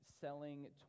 selling